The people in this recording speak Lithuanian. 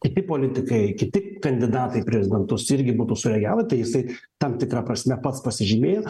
kiti politikai kiti kandidatai į prezidentus irgi būtų sureagavę tai jisai tam tikra prasme pats pasižymėjo